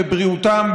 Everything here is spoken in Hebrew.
לבריאותם,